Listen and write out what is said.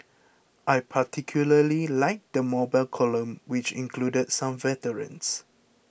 I particularly liked the mobile column which included some veterans